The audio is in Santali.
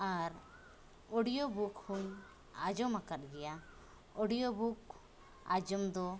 ᱟᱨ ᱚᱰᱤᱭᱳ ᱵᱩᱠ ᱦᱚᱧ ᱟᱸᱡᱚᱢᱟᱠᱟᱫ ᱜᱮᱭᱟ ᱚᱰᱤᱭᱳ ᱵᱩᱠ ᱟᱸᱡᱚᱢ ᱫᱚ